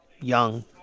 young